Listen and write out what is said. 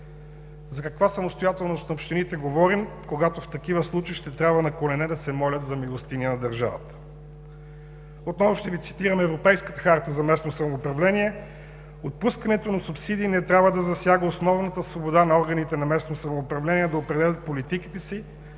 За каква самостоятелност на общините говорим, когато в такива случаи ще трябва на колене да се молят за милостиня на държавата?! Отново ще Ви цитирам Европейската харта за местно самоуправление: „Отпускането на субсидии не трябва да засяга основната свобода на органите на местно самоуправление да определят политиките си